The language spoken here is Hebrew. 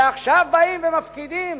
ועכשיו באים ומפקידים